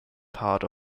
part